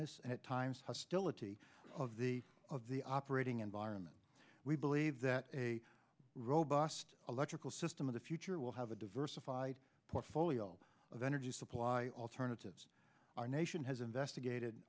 ss at times hostility of the of the operating environment we believe that a robust electrical system of the future will have a diversified portfolio of energy supply alternatives our nation has investigated